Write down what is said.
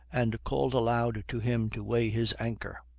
and called aloud to him to weigh his anchor.